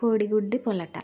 కోడిగుడ్డు పుల్ట